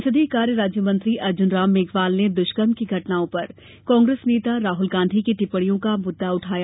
संसदीय कार्य राज्यमंत्री अर्जुनराम मेघवाल ने दुष्कर्म की घटनाओं पर कांग्रेस नेता राहुल गांधी की टिप्पणियों का मुद्दा उठाया